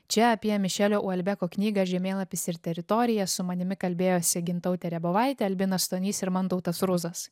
čia apie mišelio uolbeko knygą žemėlapis ir teritorija su manimi kalbėjosi gintautė rebovaitė albinas stonys ir mantautas ruzas